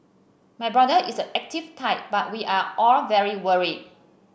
my brother is the active type but we are all very worried